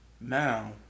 now